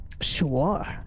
Sure